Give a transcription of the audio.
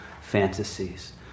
fantasies